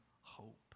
hope